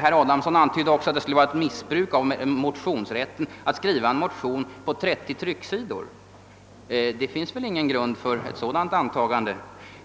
Herr Adamsson antydde också att det skulle vara ett missbruk av motionsrätten att skriva en motion på 30 trycksidor. Det finns väl ingen grund för en sådan antydan.